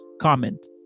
comment